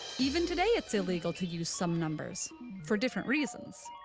even today it's illegal to use some numbers for different reasons.